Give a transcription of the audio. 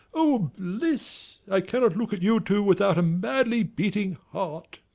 oh, bliss! i cannot look at you two without a madly beating heart!